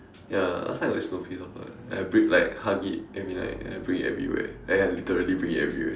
ya time I got this Snoopy soft toy then I bring hug it every night and I bring it everywhere ya literally bring it everywhere